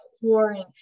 pouring